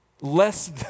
less